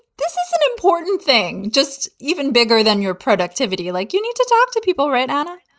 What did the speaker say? this is an important thing. just even bigger than your productivity. like you need to talk to people, right? anna,